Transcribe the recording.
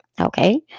okay